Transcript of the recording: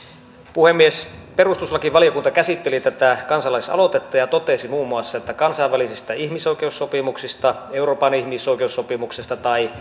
puhemies perustuslakivaliokunta käsitteli tätä kansalaisaloitetta ja totesi muun muassa että kansainvälisistä ihmisoikeussopimuksista euroopan ihmisoikeussopimuksesta tai